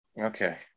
Okay